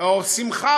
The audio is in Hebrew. או "שמחה",